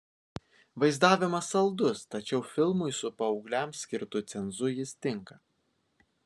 vaizdavimas saldus tačiau filmui su paaugliams skirtu cenzu jis tinka